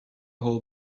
whole